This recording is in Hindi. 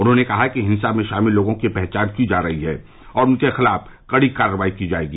उन्होंने कहा कि हिंसा में शामिल लोगों की पहचान की जा रही है और उनके खिलाफ कड़ी कार्रवाई की जायेगी